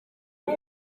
abo